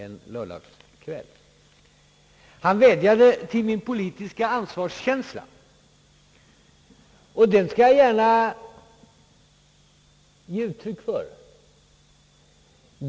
Herr Ferdinand Nilsson vädjade till min politiska ansvarskänsla. Den skall jag gärna ge uttryck för.